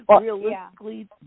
realistically